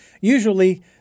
Usually